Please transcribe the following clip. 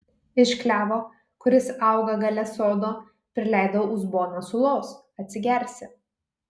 iš klevo kuris auga gale sodo prileidau uzboną sulos atsigersi